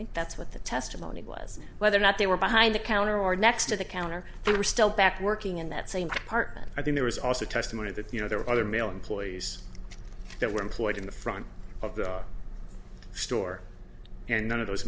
think that's what the testimony was whether or not they were behind the counter or next to the counter they were still back working in that same department i think there was also testimony that you know there were other male employees that were employed in the front of the store here none of those